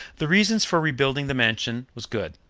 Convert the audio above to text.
the reason for rebuilding the mansion was good.